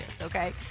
okay